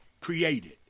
created